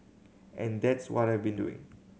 and that's what I've been doing